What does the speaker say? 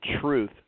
truth